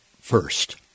first